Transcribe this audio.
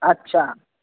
अच्छा